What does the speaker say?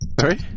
Sorry